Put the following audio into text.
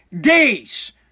days